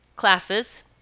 classes